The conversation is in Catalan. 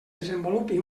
desenvolupi